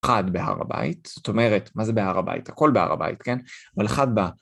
חד בהר הבית, זאת אומרת, מה זה בהר הבית? הכל בהר הבית, כן? אבל חד בה.